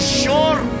sure